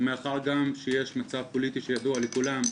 מאחר גם שיש מצב פוליטי שידוע לכולם,